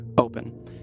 open